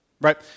Right